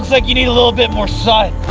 like you need a little bit more sun.